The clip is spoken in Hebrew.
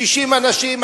60 אנשים.